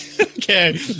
Okay